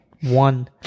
one